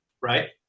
right